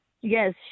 yes